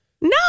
no